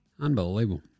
Unbelievable